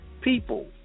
people